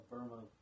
Burma